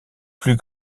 plus